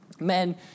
men